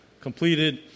completed